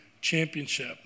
Championship